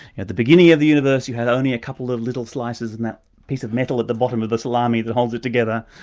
at the beginning of the universe you had only a couple of little slices in that piece of metal at the bottom of a salami that holds it together,